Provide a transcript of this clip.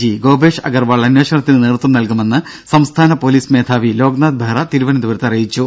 G Gopesh Agarwal അന്വേഷണത്തിന് നേതൃത്വം നൽകുമെന്ന് സംസ്ഥാന പൊലീസ് മേധാവി ലോക്നാഥ് ബെഹ്റ അറിയിച്ചു